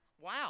wow